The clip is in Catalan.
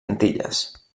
antilles